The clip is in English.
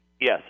Yes